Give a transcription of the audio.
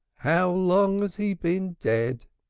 how long has he been dead?